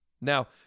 Now